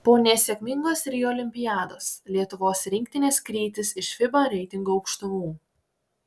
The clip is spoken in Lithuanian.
po nesėkmingos rio olimpiados lietuvos rinktinės krytis iš fiba reitingo aukštumų